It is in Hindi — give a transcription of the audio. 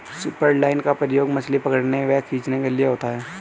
सुपरलाइन का प्रयोग मछली पकड़ने व खींचने के लिए होता है